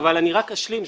אני רק אשלים.